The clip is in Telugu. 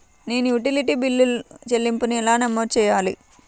నేను యుటిలిటీ బిల్లు చెల్లింపులను ఎలా నమోదు చేయాలి?